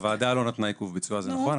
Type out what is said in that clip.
הוועדה לא נתנה עיכוב ביצוע, זה נכון.